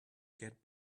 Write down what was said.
get